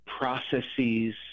processes